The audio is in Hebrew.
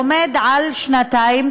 עומד על שנתיים,